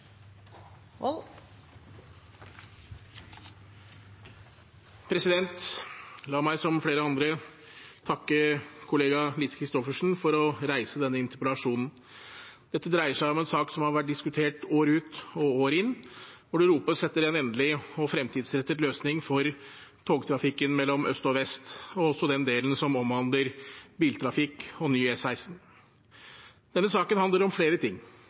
med. La meg, som flere andre, takke kollega Lise Christoffersen for å reise denne interpellasjonen. Det dreier seg om en sak som har vært diskutert år ut og år inn, hvor det ropes etter en endelig og fremtidsrettet løsning for togtrafikken mellom øst og vest og også for den delen som omhandler biltrafikk og ny E16. Denne saken handler om flere ting.